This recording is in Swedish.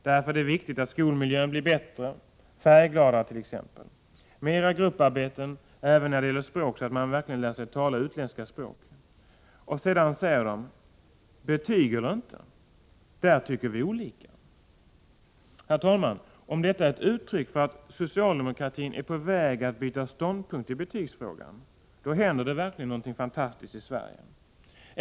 Därför är det viktigt att skolmiljön blir bättre, färggladare t.ex. Mera grupparbeten, även när det gäller språk så att man verkligen lär sig tala utländska språk.” Och sedan säger de: ”Betyg eller inte? Där tycker vi olika.” Herr talman! Om detta är ett uttryck för att socialdemokratin är på väg att byta ståndpunkt i betygsfrågan, då händer det verkligen någonting fantastiskt i Sverige.